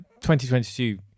2022